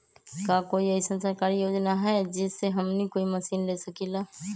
का कोई अइसन सरकारी योजना है जै से हमनी कोई मशीन ले सकीं ला?